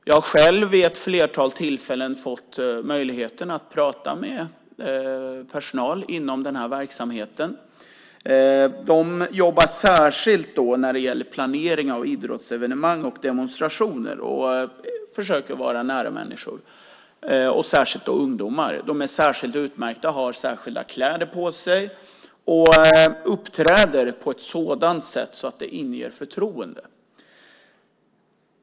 Jag har själv vid ett flertal tillfällen fått möjlighet att tala med personal inom denna verksamhet. De jobbar särskilt i samband med planering av idrottsevenemang och demonstrationer och försöker vara nära människor och särskilt ungdomar. De är särskilt utmärkta och har särskilda kläder på sig och uppträder på ett sådant sätt att de inger förtroende.